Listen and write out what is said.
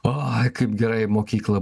o kaip gerai mokyklą